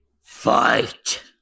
Fight